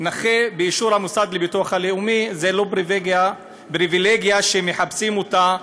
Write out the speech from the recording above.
נכה באישור המוסד לביטוח הלאומי זאת לא פריבילגיה שמחפשים אותה.